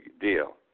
deal